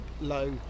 low